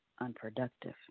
unproductive